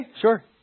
sure